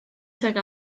tuag